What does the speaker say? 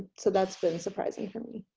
so that's been surprising for me.